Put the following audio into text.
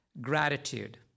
Gratitude